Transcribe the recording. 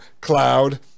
cloud